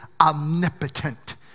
omnipotent